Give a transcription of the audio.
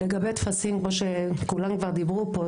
לגבי טפסים כמו שכולם כבר אמרו פה,